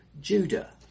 Judah